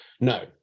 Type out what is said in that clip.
No